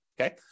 okay